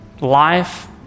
life